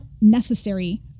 necessary